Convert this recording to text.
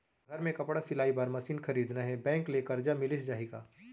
घर मे कपड़ा सिलाई बार मशीन खरीदना हे बैंक ले करजा मिलिस जाही का?